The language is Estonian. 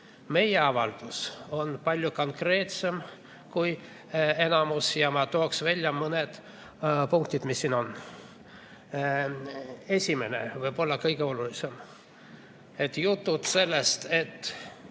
Meie avaldus on palju konkreetsem kui enamus neist ja ma tooksin välja mõned punktid, mis siin on. Esimene, võib-olla kõige olulisem. Jutud sellest, et